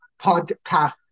podcast